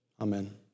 Amen